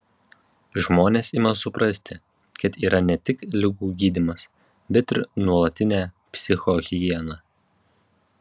žmonės ima suprasti kad yra ne tik ligų gydymas bet ir nuolatinė psichohigiena